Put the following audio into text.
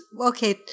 okay –